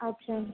ଆଚ୍ଛା